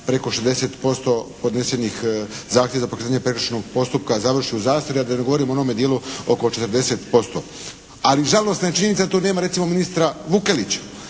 preko 60% podnesenih zahtjeva za …/Govornik se ne razumije./… prekršajnog postupka završi u zastari, a da ne govorim o onome dijelu oko 40%. Ali žalosna je činjenica, tu nema recimo ministra Vukelića.